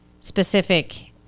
specific